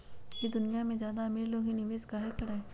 ई दुनिया में ज्यादा अमीर लोग ही निवेस काहे करई?